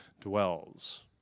dwells